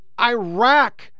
Iraq